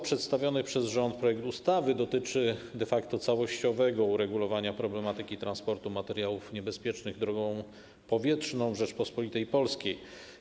Przedstawiony przez rząd projekt ustawy dotyczy de facto całościowego uregulowania problematyki transportu materiałów niebezpiecznych drogą powietrzną w Rzeczypospolitej Polskiej.